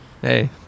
hey